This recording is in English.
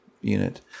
unit